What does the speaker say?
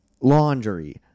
laundry